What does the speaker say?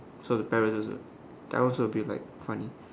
saw the parrots also that was a bit like funny